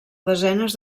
desenes